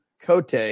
Cote